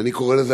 אני קורא לזה,